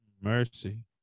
mercy